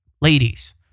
Ladies